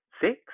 six